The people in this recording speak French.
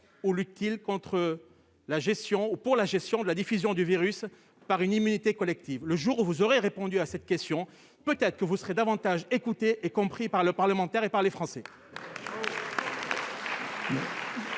ou pour la gestion de la diffusion du virus l'immunité collective ? Le jour où vous aurez répondu à cette question, peut-être serez-vous davantage écoutés et compris par les parlementaires et par les Français